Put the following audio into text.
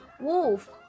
Wolf